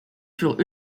furent